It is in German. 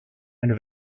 eine